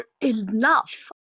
enough